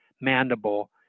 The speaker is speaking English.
mandible